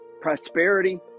prosperity